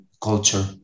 culture